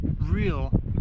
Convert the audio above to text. real